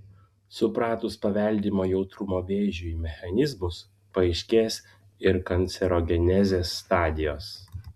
supratus paveldimo jautrumo vėžiui mechanizmus paaiškės ir kancerogenezės stadijos